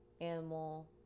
animal